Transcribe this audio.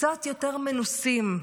קצת יותר מנוסים.